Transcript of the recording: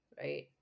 right